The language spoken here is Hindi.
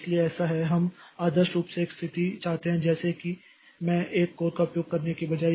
इसलिए ऐसा है हम आदर्श रूप से एक स्थिति चाहते हैं जैसे कि मैं 1 कोर का उपयोग करने के बजाय